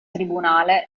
tribunale